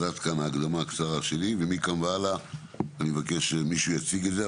אז עד כאן ההקדמה הקצרה שלי ומכאן והלאה אני אבקש שמישהו יציג את זה.